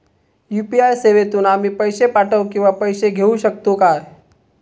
UPI सेवेतून आम्ही पैसे पाठव किंवा पैसे घेऊ शकतू काय?